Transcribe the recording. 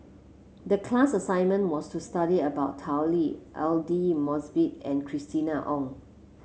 the class assignment was to study about Tao Li Aidli Mosbit and Christina Ong